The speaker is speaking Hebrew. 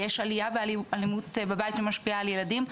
יש עלייה באלימות בבית שמשפיעה על ילדים,